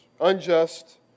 unjust